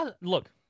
Look